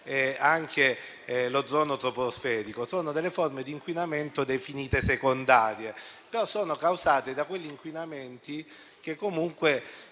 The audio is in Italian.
e l'ozono troposferico. Si tratta di forme di inquinamento definite secondarie, però sono causate da quegli inquinanti che comunque